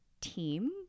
team